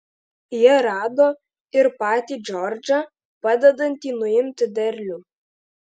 jie rado ir patį džordžą padedantį nuimti derlių